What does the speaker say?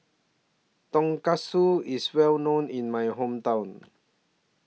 Tonkatsu IS Well known in My Hometown